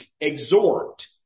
exhort